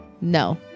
no